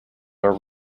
are